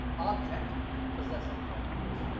object and possessive pronouns.